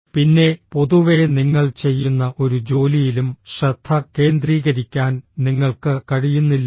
പിന്നെ പൊതുവേ നിങ്ങൾ ചെയ്യുന്ന ഒരു ജോലിയിലും ശ്രദ്ധ കേന്ദ്രീകരിക്കാൻ നിങ്ങൾക്ക് കഴിയുന്നില്ലേ